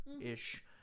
ish